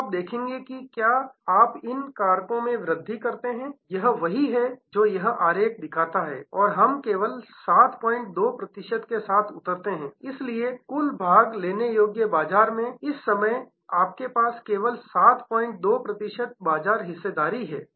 अब आप देखते हैं कि क्या आप इन कारकों में वृद्धि करते हैं यह वही है जो यह आरेख दिखाता है हम केवल 72 प्रतिशत के साथ उतरते हैं इसलिए कुल भाग लेने योग्य बाजार में इस समय आपके पास केवल 72 प्रतिशत बाजार हिस्सेदारी है